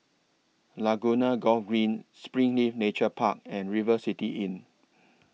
Laguna Golf Green Springleaf Nature Park and River City Inn